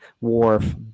wharf